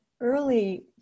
early